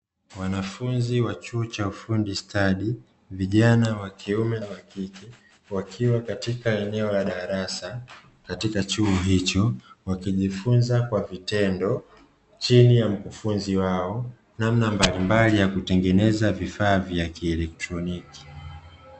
Wanafunzi wa chuo cha ufundi stadi vijana wakiume na wakike wakiwa katika eneo la darasa katika chumba hicho, wakijifunza kwa vitendo chini ya mkufunzi wao namna mbalimbali ya kutengeneza vifaa vya kielektroniki.